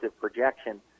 projection